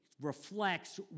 reflects